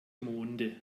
monde